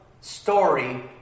story